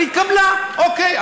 אבל היא התקבלה, אוקיי.